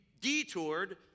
detoured